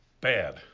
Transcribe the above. Bad